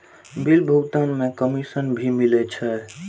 Bill भुगतान में commission भी मिले छै?